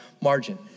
margin